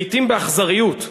לעתים באכזריות,